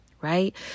right